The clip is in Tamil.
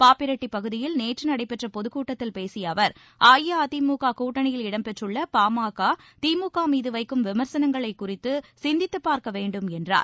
பாப்பிரெட்டி பகுதியில் நேற்று நடைபெற்ற பொது கூட்டத்தில் பேசிய அவர் அஇஅதிமுக கூட்டனியில் இடம்பெற்றுள்ள PMK DMK மீது வைக்கும் விம்சனங்களை குறித்து சிந்தித்து பார்க்க வேண்டும் என்றார்